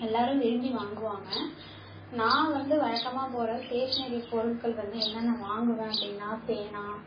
எல்லோரும் விரும்பி வாங்குவாங்க நான் வந்து வழக்கமாக போகிற ஸ்டேஷ்னரி பொருட்கள் வந்து என்னென்ன வாங்குவேன் அப்படின்னா பேனா